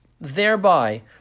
thereby